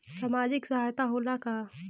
सामाजिक सहायता होला का?